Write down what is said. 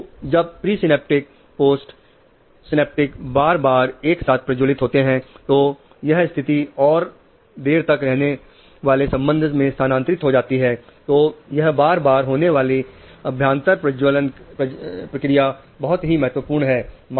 तो जब presynaptic post synaptic बार बार एक साथ प्रज्वलित होते हैं तो यह स्थिर और देर तक रहने वाले संबंध में स्थानांतरित हो जाता है तो यह बार बार होने वाली अभ्यांतर प्रजनन प्रक्रिया बहुत ही महत्वपूर्ण है